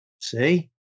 See